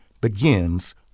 begins